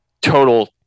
total